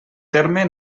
terme